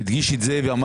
אף